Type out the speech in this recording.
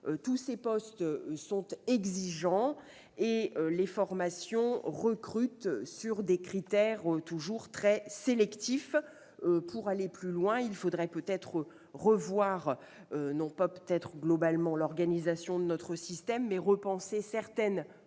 Tous ces postes sont exigeants et les candidats à ces formations sont recrutés sur des critères toujours très sélectifs. Pour aller plus loin, il faudrait peut-être non pas revoir globalement l'organisation de notre système, mais repenser certaines